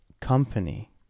company